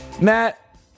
Matt